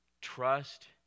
trust